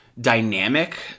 dynamic